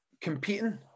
competing